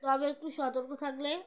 তবে একটু সতর্ক থাকলে